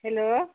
hello